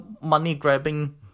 money-grabbing